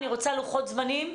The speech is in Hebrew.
אני רוצה לוחות זמנים.